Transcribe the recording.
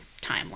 timeline